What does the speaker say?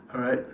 alright